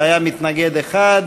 ולכן זה היה בוועדת הפנים.